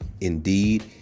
Indeed